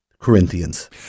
Corinthians